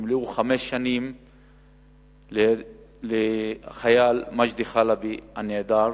ימלאו חמש שנים לאירוע החייל מג'די חלבי הנעדר.